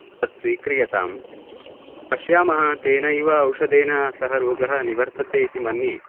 तत् स्वीक्रियताम् पश्यामः तेनैव औषधेन सः रोगः निवर्तते इति मन्ये